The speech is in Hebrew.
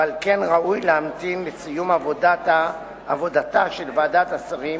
ועל כן ראוי להמתין לסיום עבודתה של ועדת השרים